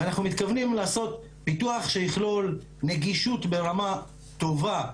ואנחנו מתכוונים לעשות פיתוח שיכלול נגישות ברמה טובה,